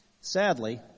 Sadly